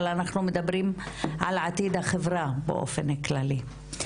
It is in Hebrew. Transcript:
אבל אנחנו מדברים על עתיד החברה באופן כללי.